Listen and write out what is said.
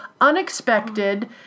unexpected